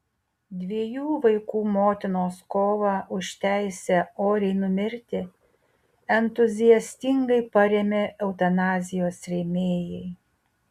dviejų vaikų motinos kovą už teisę oriai numirti entuziastingai parėmė eutanazijos rėmėjai